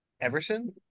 Everson